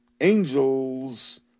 angels